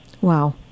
Wow